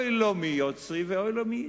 אוי לו מיוצרי ואוי לו מיצרי.